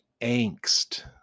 angst